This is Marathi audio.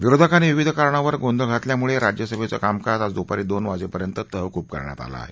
विरोधकांनी विविध कारणावरुन गोंधळ घातल्यामुळं राज्यसभेचं कामकाज आज दुपारी दोन वाजेपर्यंत तहकुब करण्यात आलं आहे